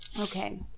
Okay